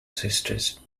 sisters